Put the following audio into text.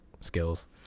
skills